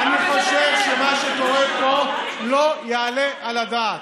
אני חושב שמה שקורה פה לא יעלה על הדעת.